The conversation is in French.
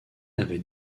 avait